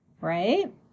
right